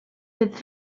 fydd